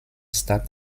start